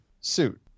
suit